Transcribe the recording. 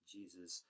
Jesus